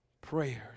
prayers